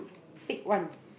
pick one